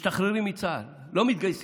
משתחררים מצה"ל, לא מתגייסים,